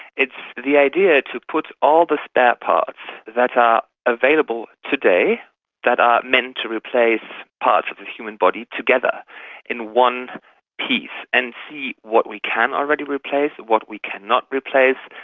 it's the idea to put all the spare parts that are available today that are meant to replace parts of the human body together in one piece and see what we can already replace, what we can not replace,